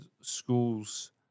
school's